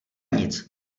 nic